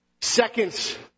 Seconds